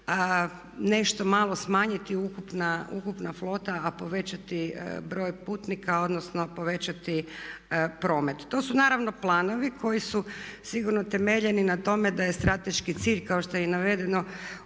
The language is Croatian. nešto malo smanjiti ukupna flota a povećati broj putnika, odnosno povećati promet. To su naravno planovi koji su sigurno temeljeni na tome da je strateški cilj kao što je i navedeno